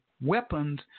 weapons